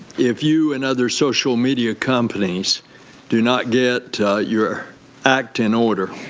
if you and other social media companies do not get your act in order,